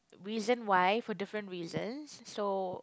reason why for different reasons so